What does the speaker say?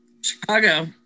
Chicago